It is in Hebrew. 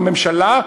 הממשלה?